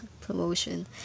promotion